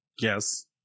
Yes